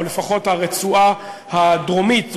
או לפחות הרצועה הדרומית,